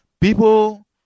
People